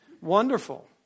wonderful